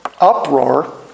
uproar